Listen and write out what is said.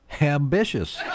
ambitious